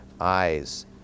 eyes